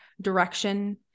direction